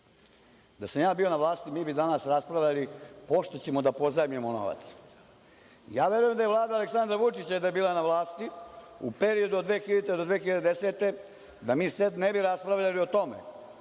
sam ja bio na vlasti mi bi danas raspravljali pošto ćemo da pozajmimo novac. Verujem da je Vlada Aleksandra Vučića onda bila na vlasti, u periodu od 2000. do 2010. godine, da mi sada ne bismo raspravljali o tome